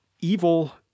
evil